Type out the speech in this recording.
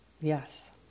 yes